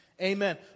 Amen